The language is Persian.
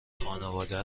خانواده